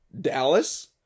Dallas